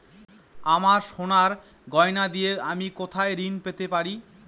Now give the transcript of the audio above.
আমার সোনার গয়নার দিয়ে আমি কোথায় ঋণ পেতে পারি?